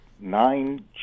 nine